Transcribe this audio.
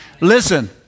Listen